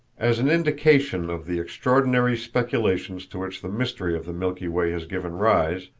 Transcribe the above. as an indication of the extraordinary speculations to which the mystery of the milky way has given rise,